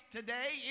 today